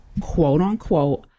quote-unquote